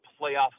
playoff